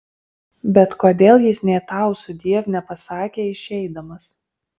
bet kodėl jis nė tau sudiev nepasakė išeidamas